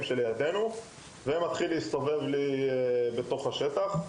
לידינו ומתחיל להסתובב לי בתוך השטח.